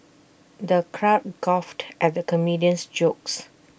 the crowd guffawed at the comedian's jokes